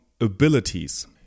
abilities